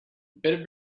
better